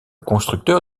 constructeur